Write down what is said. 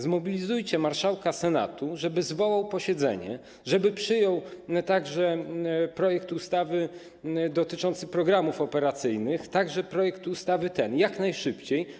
Zmobilizujcie marszałka Senatu, żeby zwołał posiedzenie, żeby przyjął także projekt ustawy dotyczącej programów operacyjnych, także ten projekt ustawy jak najszybciej.